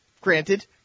Granted